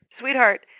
sweetheart